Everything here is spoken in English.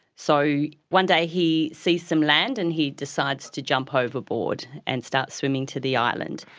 so one day he sees some land and he decides to jump overboard and start swimming to the island.